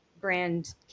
brand